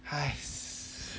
!hais!